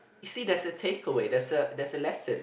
you see there's a takeaway there's a there's a lesson